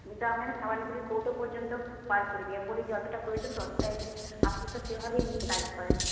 আমি তো আপনাকে সাবান গুঁড়ির কৌটো পর্যন্ত বার করে দিই আর বলি যতোটা প্রয়োজন ততোটাই নিন আপনি তো সেভাবেই নিয়ে কাজ করেন